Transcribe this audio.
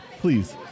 please